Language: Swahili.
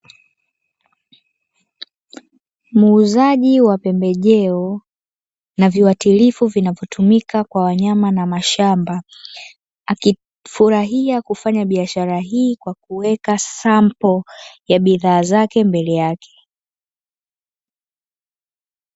Muuzaji wa pembejeo na viwatilifu vinavyotumika kwa wanyama na mashamba, akifurahia kufanya biashara hii kwa kuweka sampo ya bidhaa zake mbele yake.